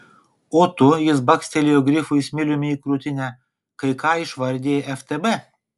o tu jis bakstelėjo grifui smiliumi į krūtinę kai ką išvardijai ftb